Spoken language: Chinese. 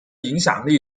影响力